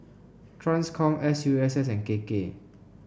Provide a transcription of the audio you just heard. Transcom S U S S and K K